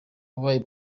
wabaye